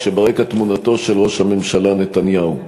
כשברקע תמונתו של ראש הממשלה נתניהו.